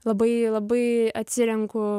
labai labai atsirenku